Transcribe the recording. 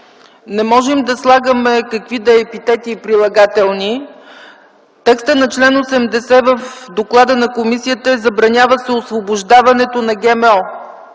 не можем да слагаме каквито и да е епитети и прилагателни. Текстът на чл. 80 в доклада на комисията е „Забранява се освобождаването на ГМО”.